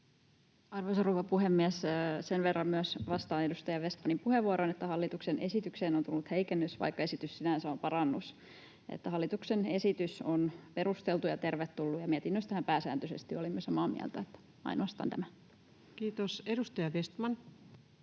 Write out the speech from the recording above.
Arvoisa rouva puhemies! Sen verran myös vastaan edustaja Vestmanin puheenvuoroon, että hallituksen esitykseen on tullut heikennys, vaikka esitys sinänsä on parannus. Hallituksen esitys on perusteltu ja tervetullut, ja mietinnöstähän pääsääntöisesti olimme samaa mieltä. — Että ainoastaan tämä. Kiitos. — Edustaja Vestman.